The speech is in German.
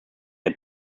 der